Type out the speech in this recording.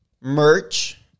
merch